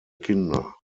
kinder